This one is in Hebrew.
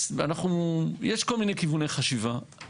אנחנו, יש כל מיני כיווני חשיבה.